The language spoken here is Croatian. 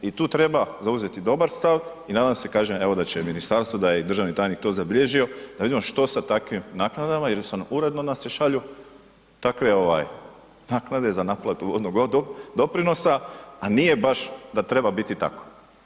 I tu treba zauzeti dobar stav i nadam se kažem evo da će ministarstvo, da je i državni tajnik to zabilježio da vidimo što sa takvim naknadama jer uredno nam se šalju takve ovaj naknade za naplatu vodnog doprinosa, a nije baš da treba biti tako.